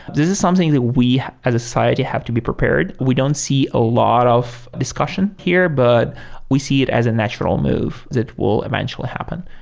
this is something that we as a society have to be prepared. we don't see a lot of discussion here, but we see it as a natural move that will eventually happen.